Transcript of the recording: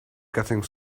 getting